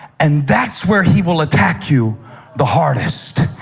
and that's where he will attack you the hardest.